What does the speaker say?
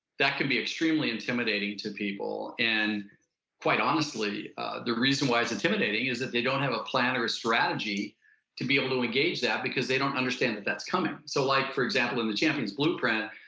that can be extremely intimidating to people and quite honestly the reason why it's intimidating is that they don't have a plan or a strategy to be able to engage that because they don't understand that that's coming so like for example in the champions blueprint,